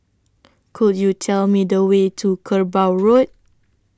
Could YOU Tell Me The Way to Kerbau Road